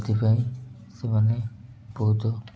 ସେଥିପାଇଁ ସେମାନେ ବହୁତ